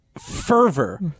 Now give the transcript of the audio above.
fervor